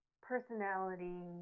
personality